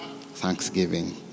Thanksgiving